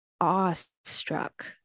awestruck